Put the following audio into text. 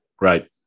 Right